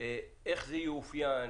איך זה יאופיין?